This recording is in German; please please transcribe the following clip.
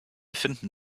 finden